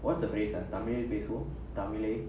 what's the phrase ah தமிழில் பேசுவோம் தமிழை:tamizhil pesuvom tamizhai